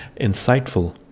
insightful